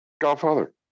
Godfather